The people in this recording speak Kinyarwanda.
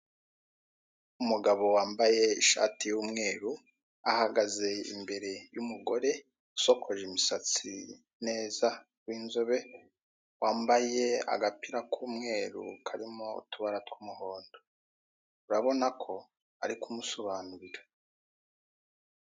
Umugabo wambaye ishati y'umweru ahagaze imbere y'umugore usokoje imisatsi neza w'inzobe wambaye agapira k'umweru karimo utubara tw'umuhondo urabona ko ari kumusobanurira.